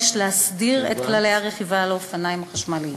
יש להסדיר את כללי הרכיבה על האופניים החשמליים.